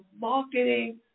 marketing